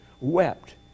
wept